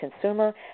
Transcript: consumer